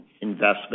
investment